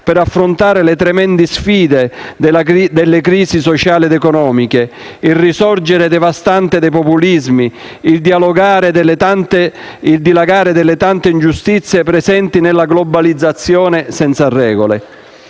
per affrontare le tremende sfide delle crisi sociali ed economiche, il risorgere devastante dei populismi, il dilagare delle tante ingiustizie presenti nella globalizzazione senza regole.